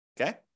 Okay